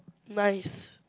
nice